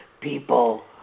people